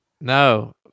No